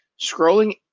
Scrolling